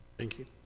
thank you.